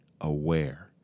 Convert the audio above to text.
aware